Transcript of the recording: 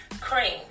cream